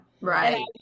Right